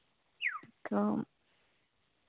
ᱛᱚ